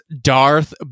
Darth